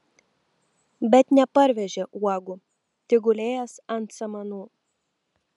bet neparvežė uogų tik gulėjęs ant samanų